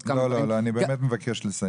לא, לא, אני באמת מבקש לסיים.